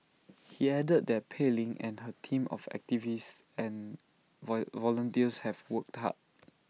he added that Pei Ling and her team of activists and volunteers have worked hard